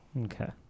Okay